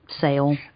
sale